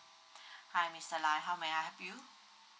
hi mister lai how may I help you